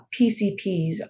PCPs